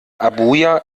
abuja